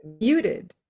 muted